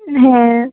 হ্যাঁ